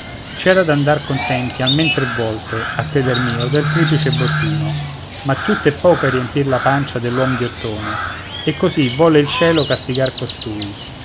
piombò c'era d'andar contenti almen tre volte a creder mio del triplice bottino ma tutto è poco a riempir la pancia dell'uom ghiottone e così volle il cielo castigare costui